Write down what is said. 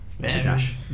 dash